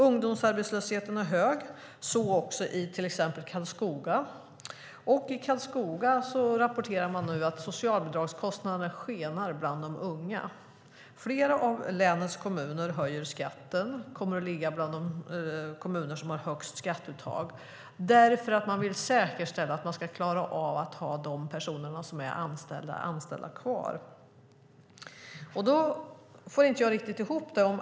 Ungdomsarbetslösheten är hög, så också i till exempel Karlskoga. Där rapporterar man nu att socialbidragskostnaderna skenar bland de unga. Flera av länets kommuner höjer skatten. Karlskoga kommer att ligga bland de kommuner som har högst skatteuttag därför att man vill säkerställa att man ska klara av att ha de personer som är anställda kvar i anställning. Jag får inte riktigt ihop det här.